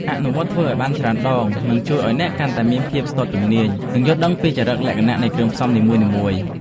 អនុវត្តធ្វើឱ្យបានច្រើនដងនឹងជួយឱ្យអ្នកកាន់តែមានភាពស្ទាត់ជំនាញ និងយល់ដឹងពីចរិតលក្ខណៈនៃគ្រឿងផ្សំនីមួយៗ។